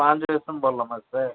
பாஞ்சு வருஷம் போடலாமா சார்